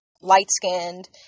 light-skinned